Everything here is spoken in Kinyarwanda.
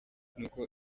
nuko